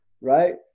right